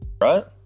Right